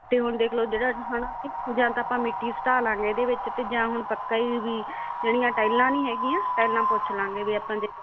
ਤੇ ਹੁਣ ਦੇਖ ਲਓ ਜਿਹੜਾ ਹਨਾ ਜਾਂ ਤਾਂ ਆਪਾਂ ਮਿੱਟੀ ਸਟਾ ਲਾਂਗੇ ਇਹਦੇ ਵਿੱਚ ਤੇ ਜਾਂ ਹੁਣ ਪੱਕਾ ਹੀ ਵੀ ਜਿਹੜੀਆਂ ਟਾਈਲਾਂ ਨਹੀਂ ਹੈਗੀਆਂ ਟੈਲਾਂ ਪੁੱਛ ਲਾਂਗੇ ਵੀ ਆਪਾਂ ਜੇ